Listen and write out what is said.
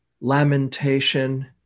lamentation